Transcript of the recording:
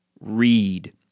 read